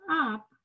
up